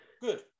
Good